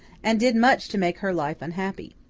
and did much to make her life unhappy.